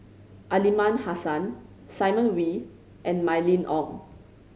Aliman Hassan Simon Wee and Mylene Ong